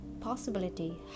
possibility